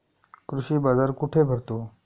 कृषी बाजार कुठे भरतो?